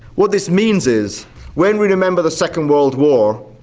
what this means is when we remember the second world war,